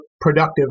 productive